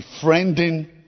befriending